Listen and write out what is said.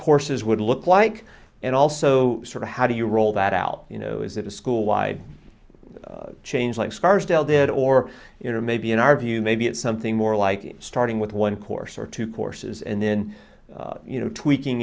courses would look like and also sort of how do you roll that out you know is it a school wide change like scarsdale did or you know maybe in our view maybe it's something more like starting with one course or two courses and then you know tweaking